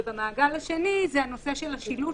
ובמעגל השני זה הנושא של השילוט,